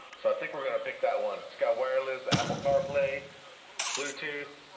so i think we're gonna pick that one. it's got wireless apple carplay bluetooth